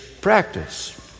practice